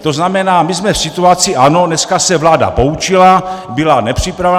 To znamená, my jsme v situaci, ano, dneska se vláda poučila, byla nepřipravená.